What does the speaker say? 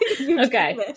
Okay